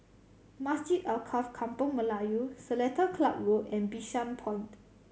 Masjid Alkaff Kampung Melayu Seletar Club Road and Bishan Point